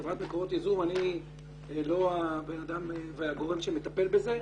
אני לא הבן אדם והגורם שמטפל בזה.